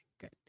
good